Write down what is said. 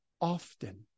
often